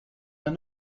d’un